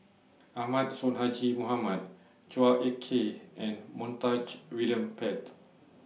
Ahmad Sonhadji Mohamad Chua Ek Kay and Montague William Pett